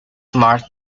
marked